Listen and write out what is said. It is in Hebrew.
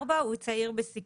הוא צעיר בסיכון,